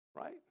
Right